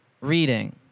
Reading